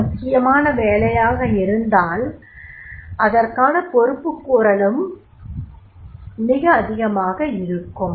மிக முக்கியமான வேலை இருந்தால் அதற்கானப் பொறுப்புக்கூறலும் மிக அதிகமாக இருக்கும்